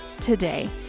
today